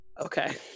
okay